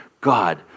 God